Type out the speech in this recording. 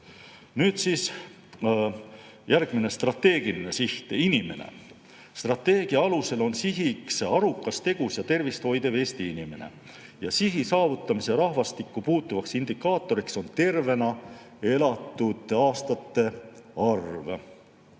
tõttu. Järgmine strateegiline siht – inimene. Strateegia alusel on sihiks arukas, tegus ja tervist hoidev Eesti inimene ja sihi saavutamise rahvastikku puutuvaks indikaatoriks on tervena elatud aastate arv.